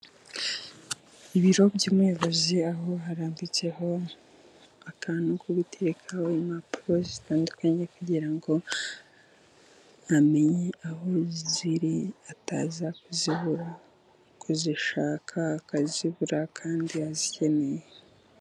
Ibiro by'umuyobozi aho harambitseho akantu ko guterekaho impapuro zitandukanye, kugira ngo amenye aho ziri ataza kuzibura, kuzishaka akazibura kandi azikeneye.